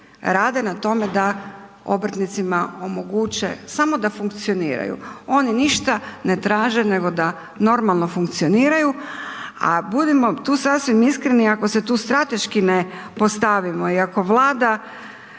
rade na tome da obrtnicima omoguće samo da funkcioniraju, oni ništa ne traže nego da normalno funkcioniraju. A budimo tu sasvim iskreni, ako se tu strateški ne postavimo i ako Vlada